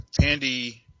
Tandy